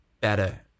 better